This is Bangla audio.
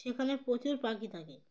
সেখানে প্রচুর পাখি থাকে